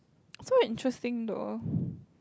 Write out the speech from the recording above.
so interesting though